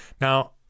Now